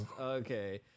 okay